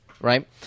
right